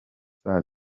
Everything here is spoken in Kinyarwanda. saa